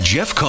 Jeff